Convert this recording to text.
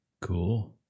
Cool